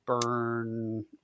burn